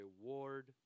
reward